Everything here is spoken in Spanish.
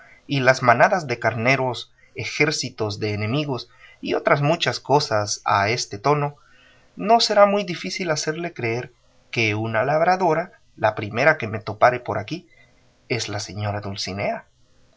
y las manadas de carneros ejércitos de enemigos y otras muchas cosas a este tono no será muy difícil hacerle creer que una labradora la primera que me topare por aquí es la señora dulcinea